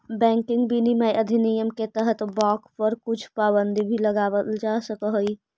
banking विनियमन अधिनियम के तहत बाँक पर कुछ पाबंदी भी लगावल जा सकऽ हइ